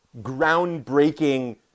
groundbreaking